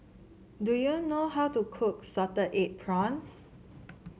do you know how to cook Salted Egg Prawns